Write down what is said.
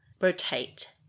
rotate